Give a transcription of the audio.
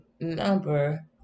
number